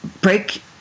break